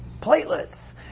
Platelets